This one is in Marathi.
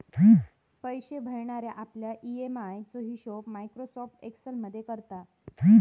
पैशे भरणारे आपल्या ई.एम.आय चो हिशोब मायक्रोसॉफ्ट एक्सेल मध्ये करता